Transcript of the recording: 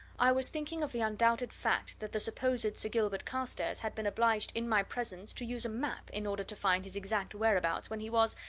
i was thinking of the undoubted fact that the supposed sir gilbert carstairs had been obliged in my presence to use a map in order to find his exact whereabouts when he was,